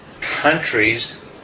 countries